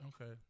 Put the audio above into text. Okay